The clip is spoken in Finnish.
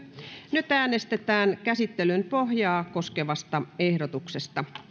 nyt äänestetään käsittelyn pohjaa koskevasta ehdotuksesta